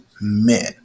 men